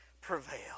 prevail